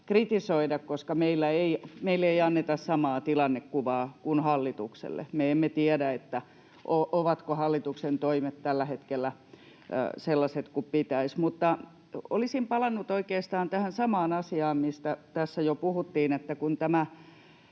kritisoida, koska meille ei anneta samaa tilannekuvaa kuin hallitukselle. Me emme tiedä, ovatko hallituksen toimet tällä hetkellä sellaiset kuin pitäisi. Mutta olisin palannut oikeastaan tähän samaan asiaan, mistä tässä jo puhuttiin. Kun tämä